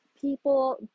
people